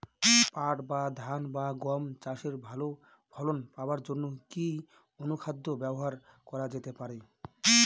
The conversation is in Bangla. পাট বা ধান বা গম চাষে ভালো ফলন পাবার জন কি অনুখাদ্য ব্যবহার করা যেতে পারে?